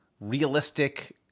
realistic